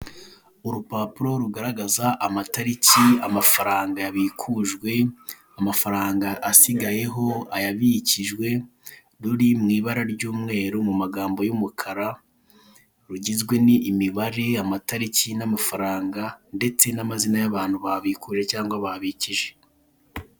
Urupapuro rugaragaza amatariki, amafaranga yabikujwe, amafaranga asigayeho, ayabikijwe ruri mu ibara ry'umweru mu magambo y'umukara rugizwe n'imibare, amatariki n'amafaranga ndetse n'amazina y'abantu babikuje cyangwa babikije.